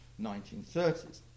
1930s